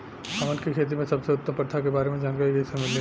हमन के खेती में सबसे उत्तम प्रथा के बारे में जानकारी कैसे मिली?